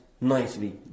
nicely